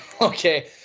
Okay